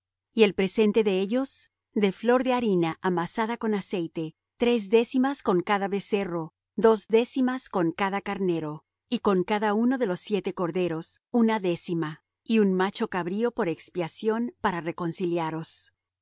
y el presente de ellos de flor de harina amasada con aceite tres décimas con cada becerro dos décimas con cada carnero y con cada uno de los siete corderos una décima y un macho cabrío por expiación para reconciliaros